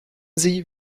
sie